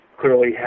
clearly